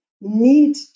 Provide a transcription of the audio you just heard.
need